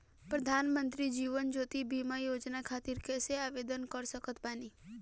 प्रधानमंत्री जीवन ज्योति बीमा योजना खातिर कैसे आवेदन कर सकत बानी?